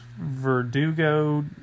Verdugo